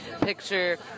picture